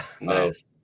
Nice